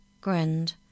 grinned